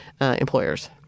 employers